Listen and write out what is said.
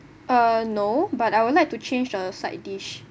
uh no but I would like to change a side dish